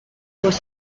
was